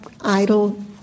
idle